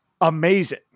amazing